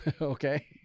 okay